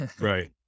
Right